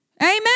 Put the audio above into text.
Amen